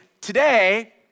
Today